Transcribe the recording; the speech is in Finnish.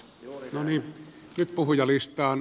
no niin nyt puhujalistaan